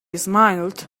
smiled